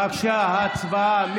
בבקשה, הצבעה.